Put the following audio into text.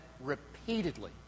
repeatedly